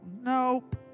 nope